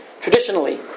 traditionally